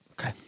okay